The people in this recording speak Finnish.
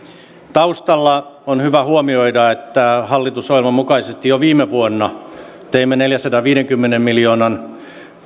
taustalla on hyvä huomioida että hallitusohjelman mukaisesti jo viime vuonna teimme neljänsadanviidenkymmenen miljoonan